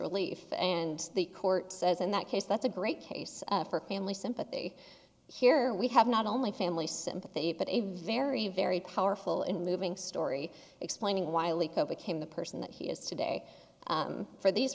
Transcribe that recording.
relief and the court says in that case that's a great case for family sympathy here we have not only family sympathy but a very very powerful and moving story explaining why liko became the person that he is today for these